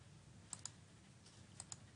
בבקשה.